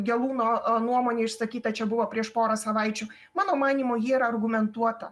gelūno nuomonė išsakyta čia buvo prieš porą savaičių mano manymu ji yra argumentuota